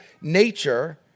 nature